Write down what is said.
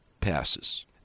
passes